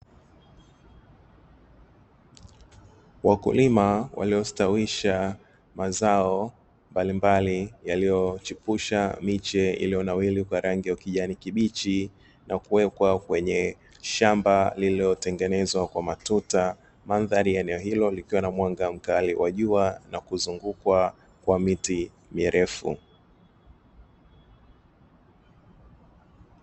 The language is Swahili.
Wakulima waliostawisha mazao mbalimbali, yaliyochipusha miche iliyonawiri kwa rangi ya kijani kibichi na kuwekwa kwenye shamba lililotengenezwa kwa matuta. Mandhari ya eneo hilo kukiwa na mwanga mkali wa jua na kuzungukwa kwa miti mirefu.